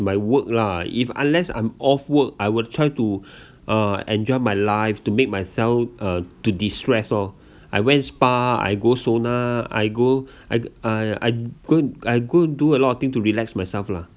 my work lah if unless I'm off work I would try to uh enjoy my life to make myself uh to distress orh I went spa I go sauna I go I uh I g~ I go do a lot of thing to relax myself lah